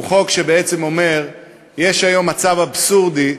הוא חוק שבעצם אומר: יש היום מצב אבסורדי,